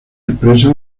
expresa